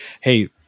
hey